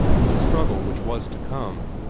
in the struggle which was to come.